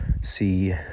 see